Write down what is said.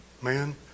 Man